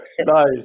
Nice